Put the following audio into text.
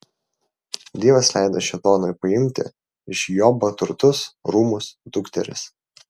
dievas leido šėtonui paimti iš jobo turtus rūmus dukteris